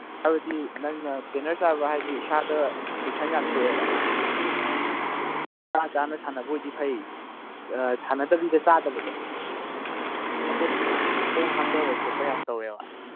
ꯍꯥꯏꯕꯗꯤ ꯅꯪꯅ ꯒ꯭ꯔꯦꯅꯔ ꯆꯥꯕ ꯍꯥꯏꯕꯁꯤ ꯏꯁꯥꯗ ꯐ꯭ꯔꯤꯛꯁꯟ ꯌꯥꯝ ꯊꯣꯛꯑꯦꯕ ꯆꯥꯅ ꯆꯥꯅ ꯁꯥꯟꯟꯕ ꯑꯣꯏꯔꯒꯗꯤ ꯐꯩ ꯁꯥꯟꯅꯗꯕꯤꯗ ꯆꯥꯗꯕꯗꯣ ꯈꯣꯡ ꯍꯥꯝꯗꯕ ꯈꯣꯠꯄ ꯌꯥꯝ ꯇꯧꯋꯦꯕ